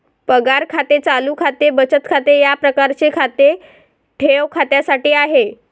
पगार खाते चालू खाते बचत खाते या प्रकारचे खाते ठेव खात्यासाठी आहे